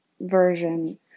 version